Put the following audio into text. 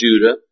Judah